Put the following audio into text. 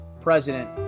president